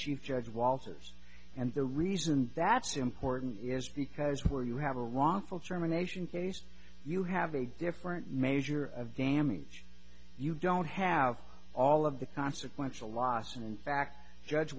chief judge walters and the reason that's important is because where you have a wrongful termination case you have a different measure of damage you don't have all of the consequential loss and in fact judge